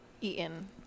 eaten